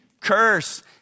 curse